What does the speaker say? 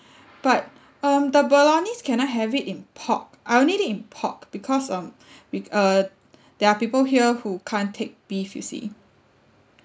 but um the bolognese can I have it in pork I'll need it in pork because um with uh there are people here who can't take beef you see